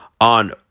on